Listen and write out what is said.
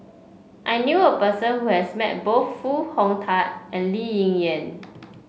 I knew a person who has met both Foo Hong Tatt and Lee Yen